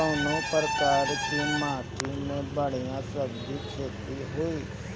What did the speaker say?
कवने प्रकार की माटी में बढ़िया सब्जी खेती हुई?